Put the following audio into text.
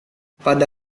pada